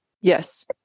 Yes